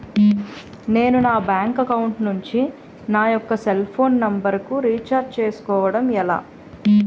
నేను నా bank account నుంచి నా యెక్క సెల్ ఫోన్ నంబర్ కు రీఛార్జ్ చేసుకోవడం ఎలా?